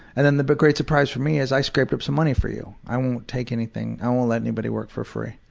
and then the but great surprise for me is i scraped up some money for you. i won't take anything i won't let anybody work for free.